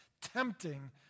tempting